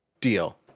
deal